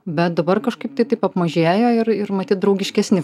bet dabar kažkaip tai taip apmažėjo ir ir matyt draugiškesni